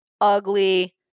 Ugly